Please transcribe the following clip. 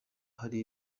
hari